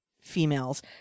females